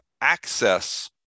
access